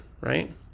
right